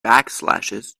backslashes